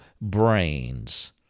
brains